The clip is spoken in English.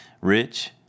Rich